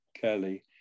Kelly